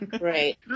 Right